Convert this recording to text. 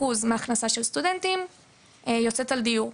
כ-60% אחזקה של סטודנטים יוצאת עבור דיור.